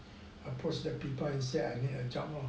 approach the people and say I need a job lor